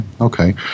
okay